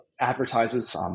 advertises